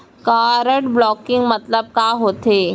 Card blocking मतलब का होथे?